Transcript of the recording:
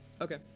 Okay